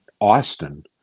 Austin